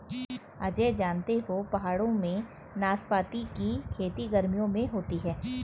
अजय जानते हो पहाड़ों में नाशपाती की खेती गर्मियों में होती है